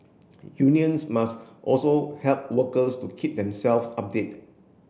unions must also help workers to keep themselves update